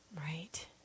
Right